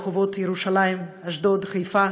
אתם עדיין צועדים ברחובות ירושלים, אשדוד, חיפה,